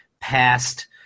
past